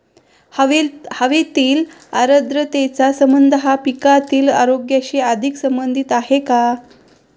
हवेतील आर्द्रतेचा संबंध हा पिकातील रोगांशी अधिक संबंधित आहे का?